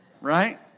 Right